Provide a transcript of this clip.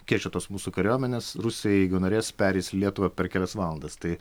kiek čia tos mūsų kariuomenės rusija jeigu norės pereis lietuvą per kelias valandas tai